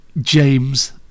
James